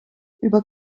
über